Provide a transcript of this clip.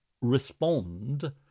respond